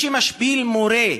מי שמשפיל מורה,